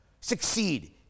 succeed